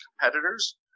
competitors